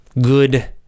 good